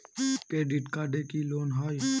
Credit কার্ডে কি loan হয়?